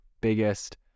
biggest